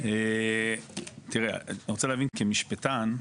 אני רוצה להבין כמשפטן,